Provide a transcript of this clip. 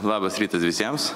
labas rytas visiems